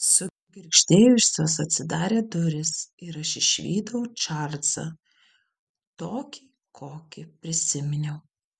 sugirgždėjusios atsidarė durys ir aš išvydau čarlzą tokį kokį prisiminiau